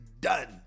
done